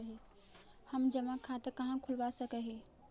हम जमा खाता कहाँ खुलवा सक ही?